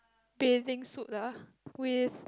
bathing suit ah with